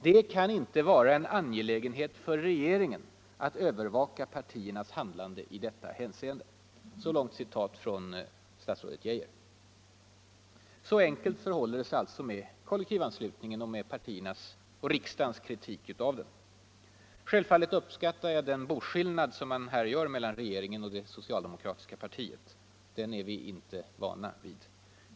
Det kan inte vara en angelägenhet för regeringen att övervaka partiernas handlande i detta hänseende.” Så enkelt förhåller det sig alltså med kollektivanslutningen och med partiernas och riksdagens kritik av den, enligt herr Geijer. Självfallet uppskattar jag den boskillnad som man här gör mellan regeringen och det socialdemokratiska partiet. Den är vi inte vana vid.